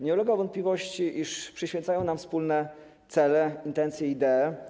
Nie ulega wątpliwości, iż przyświecają nam wspólne cele, intencje i idee.